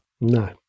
No